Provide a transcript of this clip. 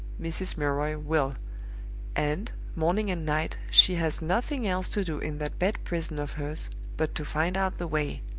mrs. milroy will and, morning and night, she has nothing else to do in that bed prison of hers but to find out the way.